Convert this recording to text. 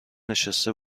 نشسته